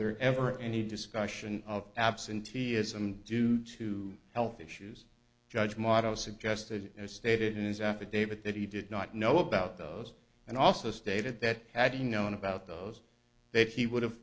there ever any discussion of absenteeism due to health issues judge moto suggested as stated in his affidavit that he did not know about those and also stated that had he known about those that he would have